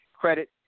credit